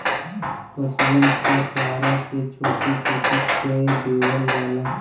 पसुअन क चारा के छोट्टी छोट्टी कै देवल जाला